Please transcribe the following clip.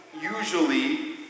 usually